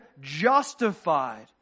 justified